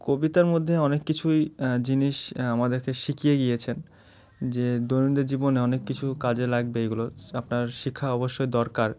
কবিতার মধ্যে অনেক কিছুই জিনিস আমাদেরকে শিখিয়ে গিয়েছেন যে দৈনন্দিন জীবনে অনেক কিছু কাজে লাগবে এগুলো আপনার শিক্ষা অবশ্যই দরকার